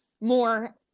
more